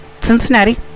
cincinnati